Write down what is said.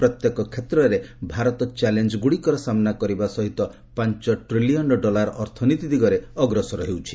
ପ୍ରତ୍ୟେକ କ୍ଷେତ୍ରରେ ଭାରତ ଚ୍ୟାଲେଞ୍ଜଗୁଡ଼ିକର ସାମ୍ବା କରିବା ସହିତ ପାଞ୍ଚ ଟ୍ରିଲିୟନ୍ ଡଲାର ଅର୍ଥନୀତି ଦିଗରେ ଅଗ୍ସର ହେଉଛି